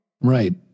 Right